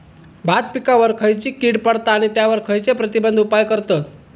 भात पिकांवर खैयची कीड पडता आणि त्यावर खैयचे प्रतिबंधक उपाय करतत?